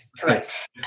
correct